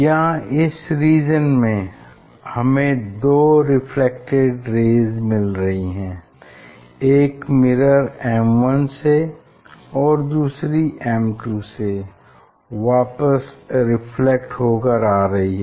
यहाँ इस रीजन में हमें दो रेफ्लेक्टेड रेज़ मिल रही हैं एक मिरर M1 से और दूसरी मिरर M2 से वापिस रिफ्लेक्ट हो कर आ रही हैं